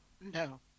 No